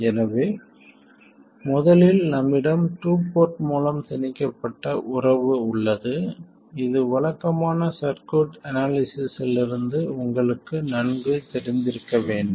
எனவே முதலில் நம்மிடம் டூ போர்ட் மூலம் திணிக்கப்பட்ட உறவு உள்ளது இது வழக்கமான சர்க்யூட் அனாலிசிஸ்லிருந்து உங்களுக்கு நன்கு தெரிந்திருக்க வேண்டும்